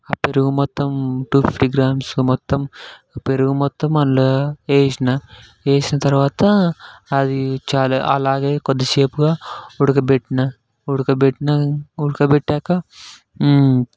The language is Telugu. ఆ పెరుగు మొత్తం టు ఫిఫ్టీ గ్రామ్స్ మొత్తం పెరుగు మొత్తం అందులో వేసాను వేసాను తరువాత అది చాలా అలాగే కొద్దిసేపుగా ఉడకబెట్టాను ఉడకబెట్టాను ఉడకబెట్టాక